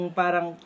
parang